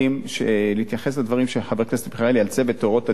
להתייחס לדברים של חבר הכנסת מיכאלי על צוות "אורות אדומים".